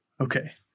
okay